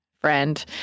friend